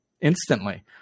instantly